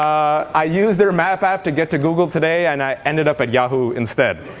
i used their map app to get to google today, and i ended up at yahoo instead.